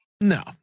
No